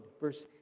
Verse